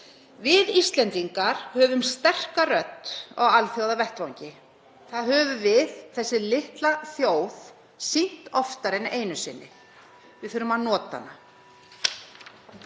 Við Íslendingar höfum sterka rödd á alþjóðavettvangi. Það höfum við, þessi litla þjóð, sýnt oftar en einu sinni. Við þurfum að nota hana.